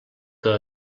que